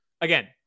again